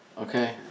Okay